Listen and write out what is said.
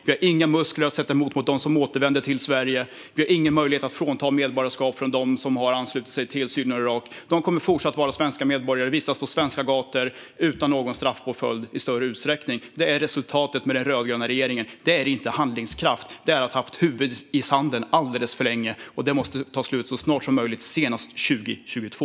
Vi har inga muskler att sätta emot dem som återvänder till Sverige. Vi har ingen möjlighet att frånta medborgarskap från dem som har anslutit sig till Syrien och Irak. De kommer att fortsätta vara svenska medborgare och vistas på svenska gator utan någon större straffpåföljd. Det är resultatet med den rödgröna regeringen. Det är inte handlingskraft; det är att ha haft huvudet i sanden alldeles för länge. Det måste ta slut så snart som möjligt, senast 2022.